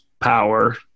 power